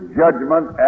judgment